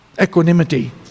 Equanimity